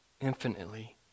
infinitely